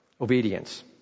Obedience